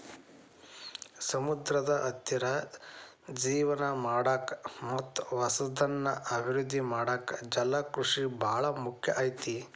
ಸಮುದ್ರದ ಹತ್ತಿರ ಜೇವನ ಮಾಡಾಕ ಮತ್ತ್ ಹೊಸದನ್ನ ಅಭಿವೃದ್ದಿ ಮಾಡಾಕ ಜಲಕೃಷಿ ಬಾಳ ಮುಖ್ಯ ಐತಿ